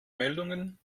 meldungen